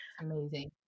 Amazing